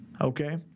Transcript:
Okay